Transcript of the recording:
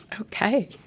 Okay